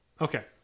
Okay